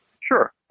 Sure